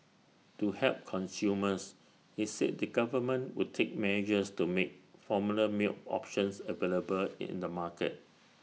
to help consumers he said the government would take measures to make formula milk options available in the market